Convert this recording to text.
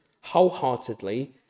wholeheartedly